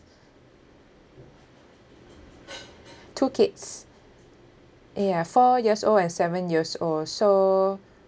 two kids ya four years old and seven years old so